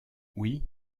oui